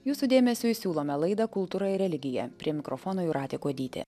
jūsų dėmesiui siūlome laidą kultūra ir religija prie mikrofono jūratė kuodytė